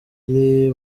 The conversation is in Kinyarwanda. bari